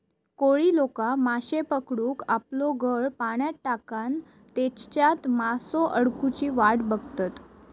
कोळी लोका माश्ये पकडूक आपलो गळ पाण्यात टाकान तेच्यात मासो अडकुची वाट बघतत